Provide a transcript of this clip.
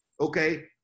Okay